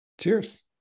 Cheers